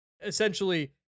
essentially